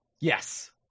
yes